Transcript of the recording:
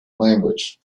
language